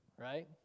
Right